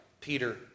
Peter